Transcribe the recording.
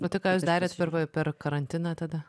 o tai ką jūs darėt per va per karantiną tada